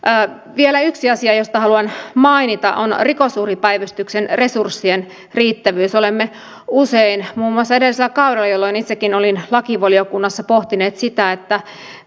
ään vielä nyt sähköisten palvelujen kehittämisessä tulee ottaa huomioon ne väestöryhmät joilla ei ole mahdollisuutta saada pankin asiakassuhteeseen perustuvia verkkopankkitunnuksia